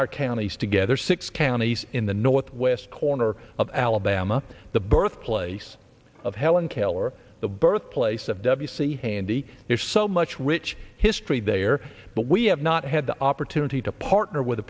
our counties together six counties in the northwest corner of alabama the birthplace of helen keller the birthplace of w c handy there's so much rich history there but we have not had the opportunity to partner with